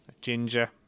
Ginger